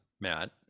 Matt